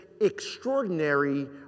extraordinary